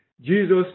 Jesus